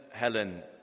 Helen